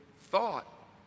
thought